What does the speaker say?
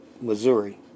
Missouri